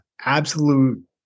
absolute